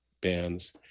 bands